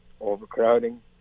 overcrowding